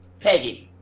Peggy